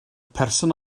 person